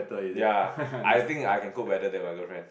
ya I think I can cope better than my girlfriend